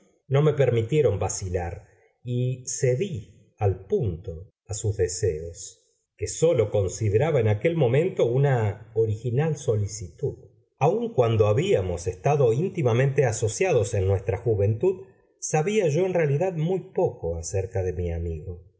no me permitieron vacilar y cedí al punto a sus deseos que sólo consideraba en aquel momento una original solicitud aun cuando habíamos estado íntimamente asociados en nuestra juventud sabía yo en realidad muy poco acerca de mi amigo